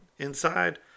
inside